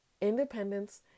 independence